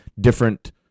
different